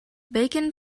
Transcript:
bacon